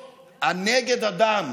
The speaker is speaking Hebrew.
/ הנגד אדם,